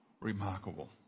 Remarkable